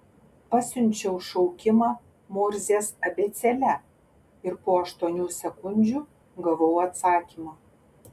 pasiunčiau šaukimą morzės abėcėle ir po aštuonių sekundžių gavau atsakymą